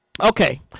Okay